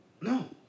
no